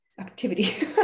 activity